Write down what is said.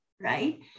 right